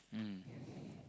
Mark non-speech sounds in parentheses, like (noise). mm (breath)